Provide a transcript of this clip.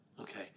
okay